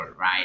right